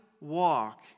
walk